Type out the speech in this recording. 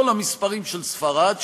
לא למספרים של ספרד,